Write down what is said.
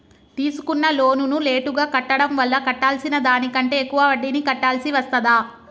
తీసుకున్న లోనును లేటుగా కట్టడం వల్ల కట్టాల్సిన దానికంటే ఎక్కువ వడ్డీని కట్టాల్సి వస్తదా?